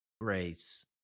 grace